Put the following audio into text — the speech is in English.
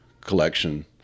collection